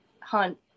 Hunt